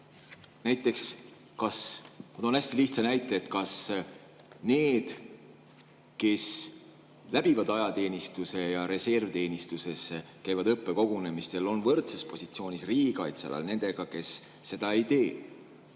Näiteks, ma toon hästi lihtsa näite: kas need, kes läbivad ajateenistuse ja reservteenistuses käivad õppekogunemistel, on võrdses positsioonis riigikaitse alal nendega, kes seda ei tee?